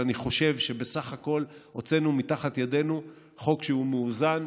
אני חושב שבסך הכול הוצאנו תחת ידינו חוק שהוא מאוזן,